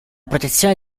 protezione